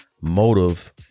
motive